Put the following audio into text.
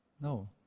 no